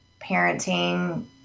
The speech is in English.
parenting